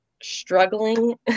struggling